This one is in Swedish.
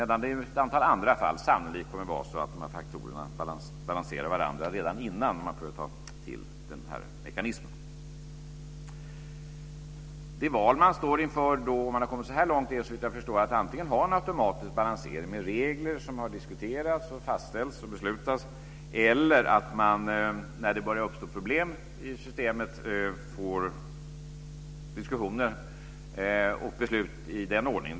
I ett antal andra fall kommer det sannolikt att vara så att dessa faktorer balanserar varandra redan innan man får ta till denna mekanism. Det val man står inför då man har kommit så här långt är såvitt jag förstår att antingen ha en automatisk balansering med regler som har diskuterats, fastställts och beslutats eller att det, när det börjar uppstå problem i systemet, blir diskussioner och beslut - i den ordningen.